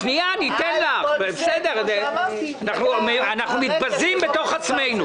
אנחנו מתבזים בתוך עצמנו.